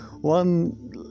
one